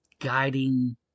guiding